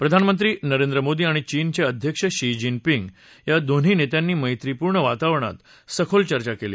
प्रधानमंत्री नरेंद्र मोदी आणि चीनचे अध्यक्ष शी जिनपिंग या दोन्ही नेत्यांनी मैत्रीपूर्ण वातावरणात सखोल चर्चा केली